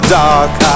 dark